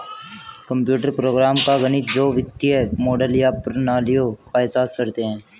computer program का गणित जो वित्तीय मॉडल या प्रणालियों का एहसास करते हैं